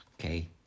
Okay